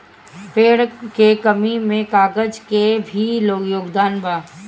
पेड़ के कमी में कागज के भी योगदान बा